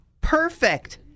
Perfect